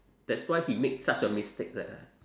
that's why he make such a mistake leh